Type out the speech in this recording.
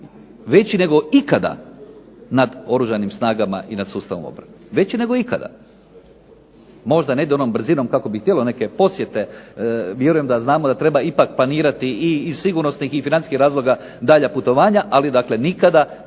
veći nego ikada nad Oružanim snagama i nad sustavom obrane. Veći nego ikada. Možda ne ide onom brzinom kako bi htjele neke posjete, vjerujem da znamo kako treba planirati iz sigurnosnih i financijskih razloga daljnja putovanja. Ali dakle nikada